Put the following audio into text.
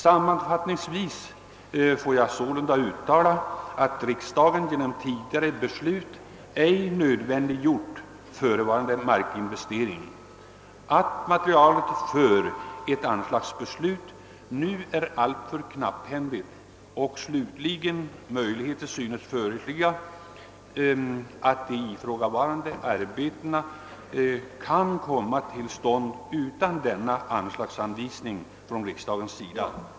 Sammanfattningsvis får jag sålunda uttala att riksdagen genom tidigare beslut ej nödvändiggjort förevarande markinvestering, att materialet för ett anslagsbeslut nu är alltför knapphändigt och att slutligen möjligheter synes föreligga att de ifrågasatta arbetena kan komma till stånd utan denna anslagsanvisning från riksdagens sida.